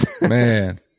Man